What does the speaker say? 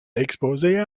exposée